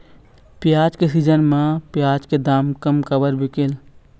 प्याज के सीजन म प्याज के दाम कम काबर बिकेल?